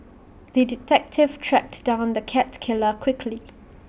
the detective tracked down the cat killer quickly